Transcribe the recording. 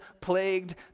plagued